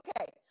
Okay